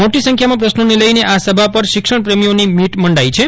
મોટી સંખ્યામાં પ્રશ્નોને લઇને આ સભા પર શિક્ષણપ્રેમીઓની મીટ મંડાઇ છે